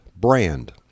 brand